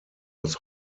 was